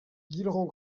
guilherand